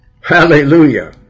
hallelujah